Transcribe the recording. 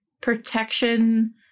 protection